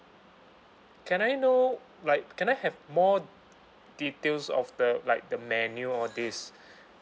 can I know like can I have more details of the like the menu all this